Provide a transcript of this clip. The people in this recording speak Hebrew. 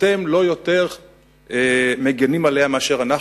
אתם לא מגינים עליה יותר מאשר אנחנו.